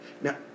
Now